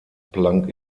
planck